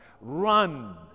Run